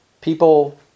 people